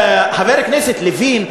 חבר הכנסת לוין,